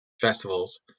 festivals